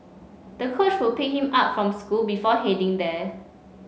the coach would pick him up from school before heading there